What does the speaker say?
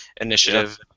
initiative